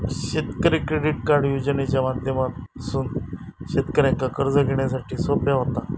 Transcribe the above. शेतकरी credit card योजनेच्या माध्यमातसून शेतकऱ्यांका कर्ज घेण्यासाठी सोप्या व्हता